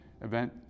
event